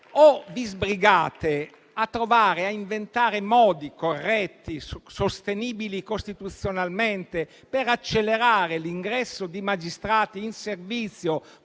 vi sbrighiate a trovare modi corretti e sostenibili costituzionalmente per accelerare l'ingresso di magistrati in servizio,